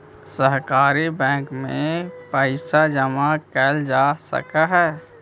सहकारी बैंक में पइसा जमा कैल जा सकऽ हइ